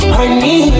Honey